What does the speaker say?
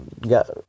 got